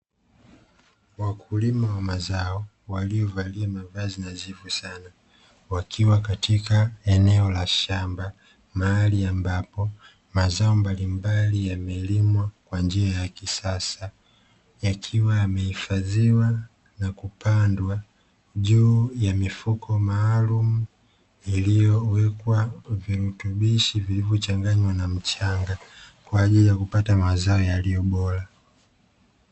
Wakulima wa mazao waliovalia mavazi nadhifu sana wakiwa katika eneo la shamba, mahali ambapo mazao mbalimbali yamelimwa kwa njia ya kisasa yakiwa yamehifadhiwa na kupandwa juu ya mifuko maalumu, iliyowekwa virutubishi vilivyochanganywa na mchanga kwa ajili ya kupata mazao yaliyo bora.